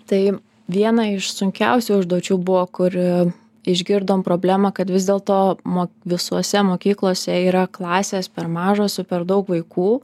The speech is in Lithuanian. tai viena iš sunkiausių užduočių buvo kur išgirdom problemą kad vis dėlto mo visose mokyklose yra klasės per mažos su per daug vaikų